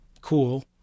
cool